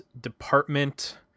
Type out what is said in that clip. Department